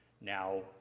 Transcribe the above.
Now